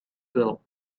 bill